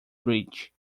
bridge